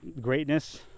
Greatness